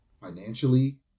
financially